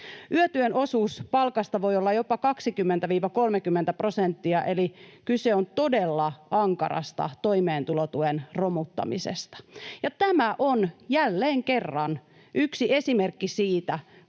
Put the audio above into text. Yötyön osuus palkasta voi olla jopa 20—30 prosenttia, eli kyse on todella ankarasta toimeentulon romuttamisesta, ja tämä on jälleen kerran yksi esimerkki siitä,